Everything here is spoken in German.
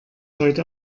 heute